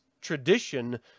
tradition